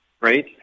right